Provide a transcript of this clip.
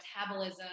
metabolism